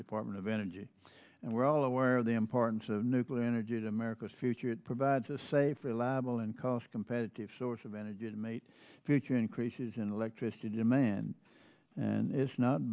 department of energy and we're all aware of the importance of nuclear energy to america's future it provides a safe reliable and cost competitive source of an idiot mate future increases in electricity demand and it's not